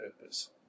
purpose